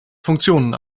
funktionen